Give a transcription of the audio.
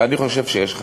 ואני חושב שיש חדש.